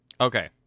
Okay